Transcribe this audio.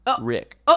Rick